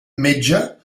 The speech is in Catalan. metge